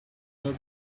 not